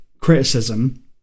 criticism